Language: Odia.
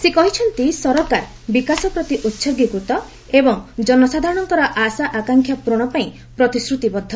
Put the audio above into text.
ସେ କହିଛନ୍ତି ସରକାର ବିକାଶ ପ୍ରତି ଉହର୍ଗୀକୃତ ଏବଂ ଜନସାଧାରରଙ୍କ ଆଶା ଆକାଂକ୍ଷା ପୂରଣ ପାଇଁ ପ୍ରତିଶ୍ରୁତିବଦ୍ଧ